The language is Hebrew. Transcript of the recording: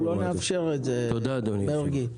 אנחנו לא נאפשר את זה, חבר הכנסת מרגי.